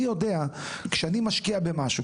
אני יודע כשאני משקיע במשהו,